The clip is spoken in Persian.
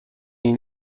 این